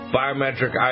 biometric